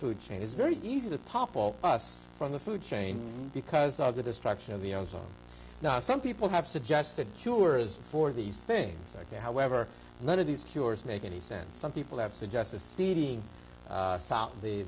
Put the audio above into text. food chain it's very easy to topple us from the food chain because of the destruction of the ozone some people have suggested cures for these things ok however none of these cures make any sense some people have suggested seeding